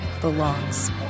belongs